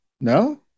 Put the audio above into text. No